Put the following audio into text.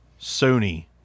Sony